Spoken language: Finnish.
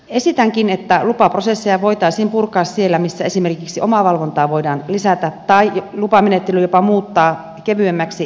esitänkin että lupaprosesseja voitaisiin purkaa siellä missä esimerkiksi omavalvontaa voidaan lisätä tai lupamenettely jopa muuttaa kevyemmäksi rekisteröintimenettelyksi